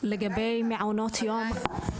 בנושא של מחסור בגנים ומעונות במגזר הבדואי.